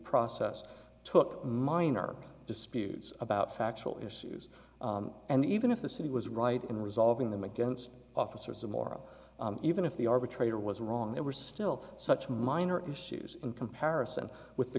process took a minor disputes about factual issues and even if the city was right in resolving them against officers of morrow even if the arbitrator was wrong there were still such minor issues in comparison with the